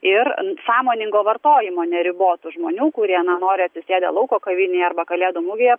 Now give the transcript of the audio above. ir sąmoningo vartojimo neribotų žmonių kurie na nori atsisėdę lauko kavinėje arba kalėdų mugėje